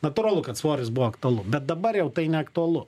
natūralu kad svoris buvo aktualu bet dabar jau tai neaktualu